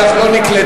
ההצבעה שלך לא נקלטה.